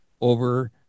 over